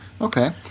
okay